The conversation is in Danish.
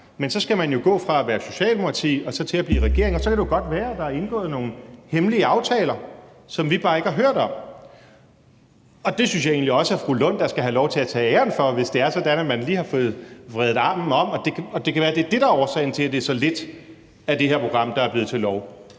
jo så skal gå fra at være Socialdemokratiet og til at blive regering, og så kan det jo godt være, at der er indgået nogle hemmelige aftaler, som vi bare ikke har hørt om. Det synes jeg egentlig også at fru Rosa Lund da skal have lov til at tage æren for, hvis det er sådan, at man lige har fået vredet armen om på regeringen – og det kan være, det er det, der er årsagen til, at det er så lidt af det her program, der er blevet til lov.